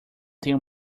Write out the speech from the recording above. tenho